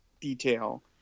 detail